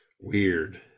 weird